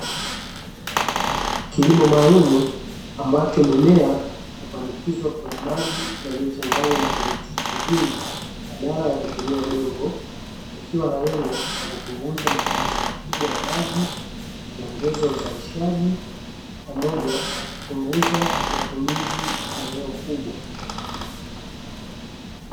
Kilimo maalumu, ambacho mimea hupandikizwa kwenye maji yaliyochanganywa na virutuisho vingi badala ya kutummia udongo, ikiwa na lengo la kupunguza matumizi makubwa ya maji, kuongeza uzalishaji, pamoja na kupunguza matumizi ya eneo kubwa.